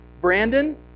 Brandon